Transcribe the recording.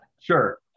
sure